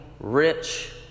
rich